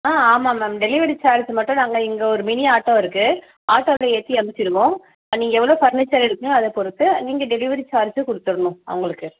ஆ ஆமாம் ma'am delivery charge மட்டும் நாங்கள் இங்கே ஒரு மினி ஆட்டோ இருக்கு ஆட்டோவில ஏற்றி அமிச்சிருவோம் நீங்கள் எவ்வளோ ஃபர்னீச்சர் எடுக்றிங்களோ அதை பொறுத்து நீங்கள் டெலிவரி சார்ஜு கொடுத்துர்ணும் அவங்களுக்கு